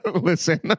Listen